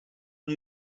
one